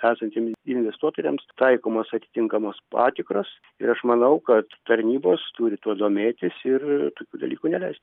esantiem investuotojams taikomos atitinkamos patikros ir aš manau kad tarnybos turi tuo domėtis ir tokių dalykų neleisti